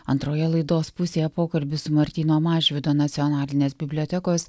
antroje laidos pusėje pokalbis su martyno mažvydo nacionalinės bibliotekos